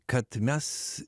kad mes